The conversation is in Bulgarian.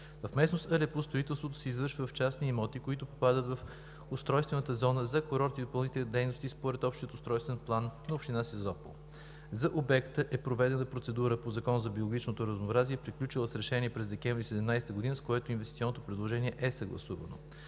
В местност Алепу строителството се извършва в частни имоти, които попадат в устройствената зона за курортни и допълнителни дейности, според Общия устройствен план на община Созопол. За обекта е проведена процедура по Закона за биологичното разнообразие, приключила с решение през декември 2017 г., с което инвестиционното предложение е съгласувано.